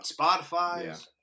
Spotify